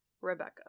Rebecca